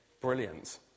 Brilliant